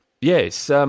yes